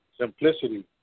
simplicity